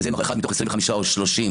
שזה יהיה אחד מתוך 25 או 30,